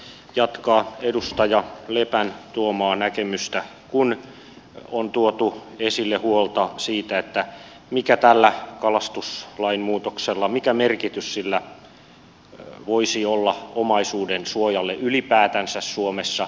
haluaisin vielä jatkaa edustaja lepän tuomaa näkemystä kun on tuotu esille huolta siitä mikä merkitys tällä kalastuslain muutoksella voisi olla omaisuudensuojalle ylipäätänsä suomessa